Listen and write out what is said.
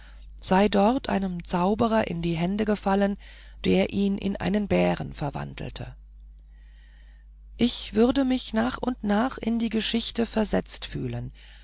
sei dort einem zauberer in die hände gefallen der ihn in einen bären verwandelte ich würde mich nach und nach in die geschichte versetzt fühlen